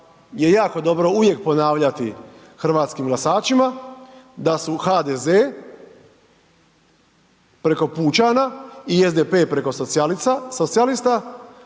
je jako dobro uvijek ponavljati hrvatskim glasačima da su HDZ preko pučana i SDP preko socijalista